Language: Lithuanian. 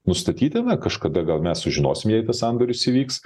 nustatyti na kažkada gal mes sužinosim jei tas sandoris įvyks